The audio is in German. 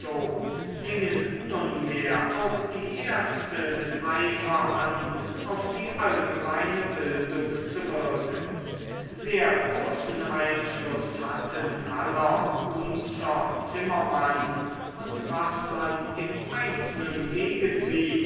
fingen nunmehr auch die ärzte mit eifer an auf die allgemeine bildung zu wirken sehr großen einfluß hatten haller unzer zimmermann und was man im einzelnen gegen sie